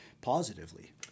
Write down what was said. positively